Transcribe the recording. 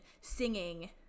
singing